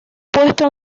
puesto